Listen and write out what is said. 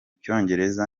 cyongereza